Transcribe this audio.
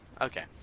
Okay